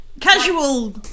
Casual